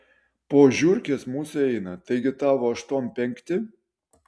po žiurkės mūsų eina taigi tavo aštuom penkti